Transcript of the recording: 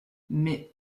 mais